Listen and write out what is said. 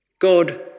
God